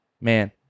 man